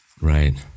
Right